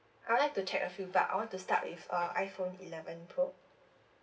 I would like to check a few but I want to start with uh iPhone eleven pro